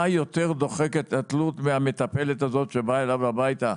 מה יותר דוחק את התלות מאותה מטפלת שבאה אליו הביתה?